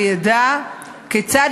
וידע כיצד,